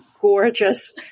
gorgeous